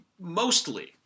mostly